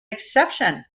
exception